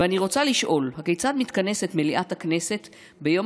ואני רוצה לשאול: הכיצד מתכנסת מליאת הכנסת ביום